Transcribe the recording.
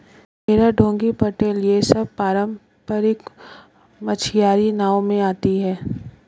बेड़ा डोंगी पटेल यह सब पारम्परिक मछियारी नाव में आती हैं